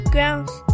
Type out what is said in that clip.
Ground's